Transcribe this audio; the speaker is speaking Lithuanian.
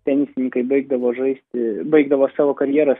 tenisininkai baigdavo žaisti baigdavo savo karjeras